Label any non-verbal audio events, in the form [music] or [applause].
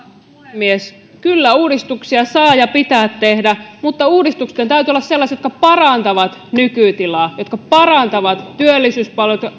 puhemies kyllä uudistuksia saa ja pitää tehdä mutta uudistusten täytyy olla sellaisia jotka parantavat nykytilaa jotka parantavat työllisyyspalveluita [unintelligible]